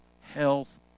health